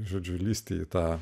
žodžiu lįsti į tą